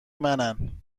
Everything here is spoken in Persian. منن